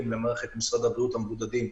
לבין מערכת משרד הבריאות לגבי המבודדים,